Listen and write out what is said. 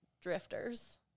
drifters